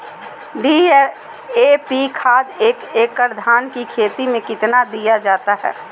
DAP खाद एक एकड़ धान की खेती में कितना दीया जाता है?